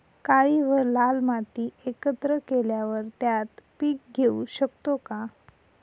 काळी व लाल माती एकत्र केल्यावर त्यात पीक घेऊ शकतो का?